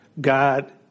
God